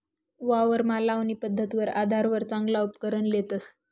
वावरमा लावणी पध्दतवर आधारवर चांगला उपकरण लेतस